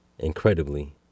Incredibly